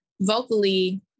Vocally